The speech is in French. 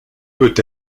peut